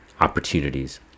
opportunities